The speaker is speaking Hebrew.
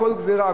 כל גזירה,